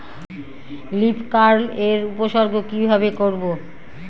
Leaf curl এর উপসর্গ কিভাবে করব?